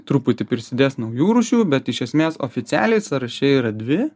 truputį prisidės naujų rūšių bet iš esmės oficialiai sąraše yra dvi